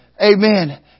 Amen